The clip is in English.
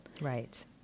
Right